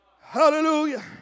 Hallelujah